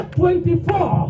24